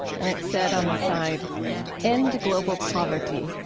and it said on the side end global poverty.